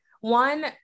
one